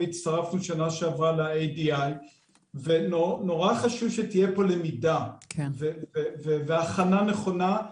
הצטרפנו שנה שעברה ל-ADI ונורא חשוב שתהיה פה למידה והכנה נכונה.